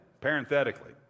parenthetically